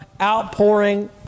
outpouring